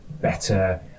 better